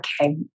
okay